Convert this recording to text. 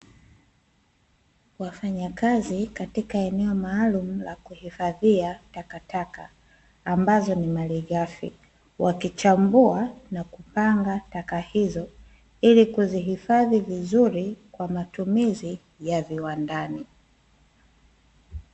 Wafanyakazi katika eneo maalumu la kuhifadhia takataka ambazo ni malighafi wakichambua na kupanga taka hizo ilikuzihifadhi vizuri kwa matumizi ya viwandani.